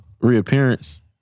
reappearance